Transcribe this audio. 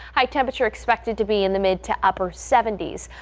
high temperature expected to be in the mid to upper seventy s.